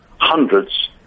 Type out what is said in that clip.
hundreds